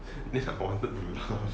then I wanted to laugh